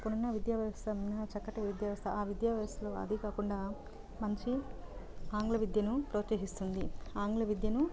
ఇప్పుడున్న విద్యా వ్యవస్థ ఉన్న చక్కటి విద్యావ్యవస్థ ఆ విద్యావ్యవస్థలో అదీ కాకుండా మంచి ఆంగ్ల విద్యను ప్రోత్సహిస్తుంది ఆంగ్ల విద్యను